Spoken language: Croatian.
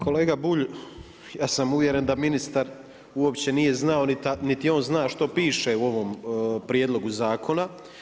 Kolega Bulj, ja sam uvjeren da ministar uopće nije znao, niti je on zna što piše u ovom prijedlogu zakona.